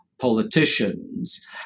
politicians